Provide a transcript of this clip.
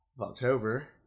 October